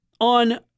On